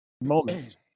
moments